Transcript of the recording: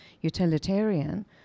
utilitarian